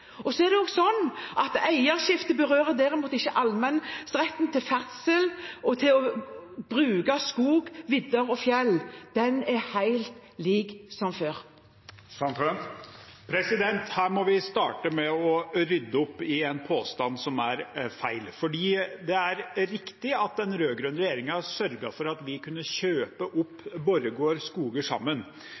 berører derimot ikke allemannsretten, retten til ferdsel, til å bruke skog, vidder og fjell. Den er helt som før. Her må vi starte med å rydde opp i en påstand som er feil. Det er riktig at den rød-grønne regjeringen sørget for at vi kunne kjøpe opp Borregaard Skoger sammen,